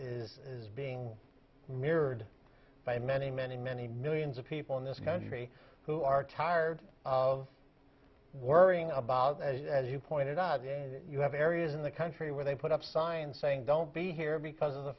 is is being mirrored by many many many millions of people in this country who are tired of worrying about as you pointed out a you have areas in the country where they put up signs saying don't be here because of the